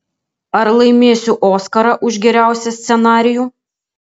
ar laimėsiu oskarą už geriausią scenarijų